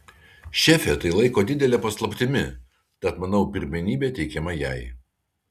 šefė tai laiko didele paslaptimi tad manau pirmenybė teikiama jai